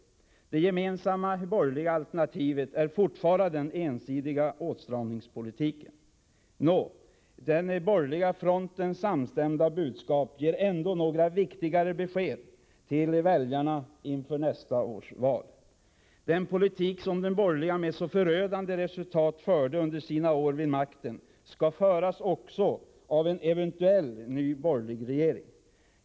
Det gemensamma borgerliga alternativet är fortfarande den ensidiga åtstramningspolitiken. Nå, den borgerliga frontens samstämda budskap ger ändå några viktiga besked till väljarna inför nästa års val: Den politik som de borgerliga med så förödande resultat förde under sina år vid makten, skall föras också av en eventuell ny borgerlig regering.